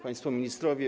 Państwo Ministrowie!